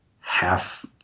half